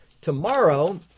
Tomorrow